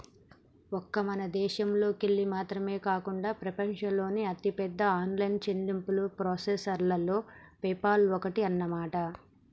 ఒక్క మన దేశంలోకెళ్ళి మాత్రమే కాకుండా ప్రపంచంలోని అతిపెద్ద ఆన్లైన్ చెల్లింపు ప్రాసెసర్లలో పేపాల్ ఒక్కటి అన్నమాట